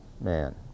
man